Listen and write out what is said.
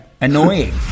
Annoying